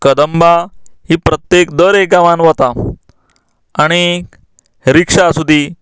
कदंबा ही प्रत्येक दर एक गांवात वता आनी रिक्शा आसूंदी